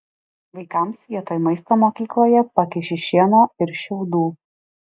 vaikams vietoj maisto mokykloje pakiši šieno ir šiaudų